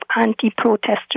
anti-protesters